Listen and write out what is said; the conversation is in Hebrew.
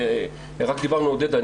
ועודד,